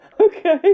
Okay